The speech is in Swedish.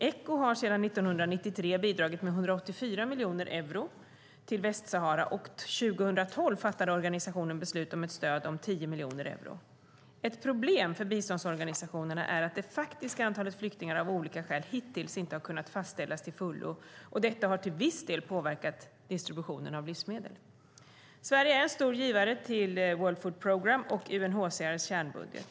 Echo har sedan 1993 bidragit med 184 miljoner euro till Västsahara, och 2012 fattade organisationen beslut om ett stöd om 10 miljoner euro. Ett problem för biståndsorganisationerna är att det faktiska antalet flyktingar av olika skäl hittills inte kunnat fastställas till fullo, och detta har till viss del påverkat distributionen av livsmedel. Sverige är en stor givare till World Food Programme och UNHCR:s kärnbudget.